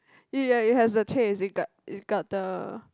ya it has the taste it got it got the